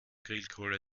grillkohle